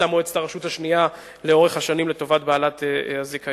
שביצעה מועצת הרשות השנייה לאורך השנים לטובת בעלת הזיכיון